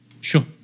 Sure